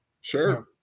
sure